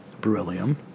beryllium